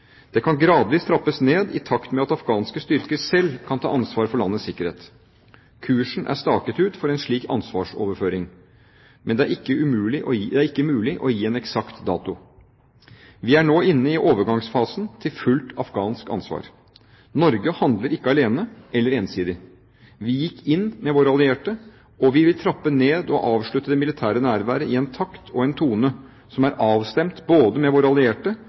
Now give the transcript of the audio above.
Det kan gradvis trappes ned i takt med at afghanske styrker selv kan ta ansvar for landets sikkerhet. Kursen er staket ut for en slik ansvarsoverføring. Men det er ikke mulig å angi en eksakt dato. Vi er nå inne i overgangsfasen til fullt afghansk ansvar. Norge handler ikke alene eller ensidig. Vi gikk inn med våre allierte, og vi vil trappe ned og avslutte det militære nærværet i en takt og en tone som er avstemt både med våre allierte